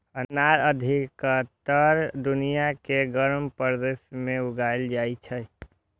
अनार अधिकतर दुनिया के गर्म प्रदेश मे उगाएल जाइ छै